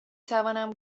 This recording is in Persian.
توانم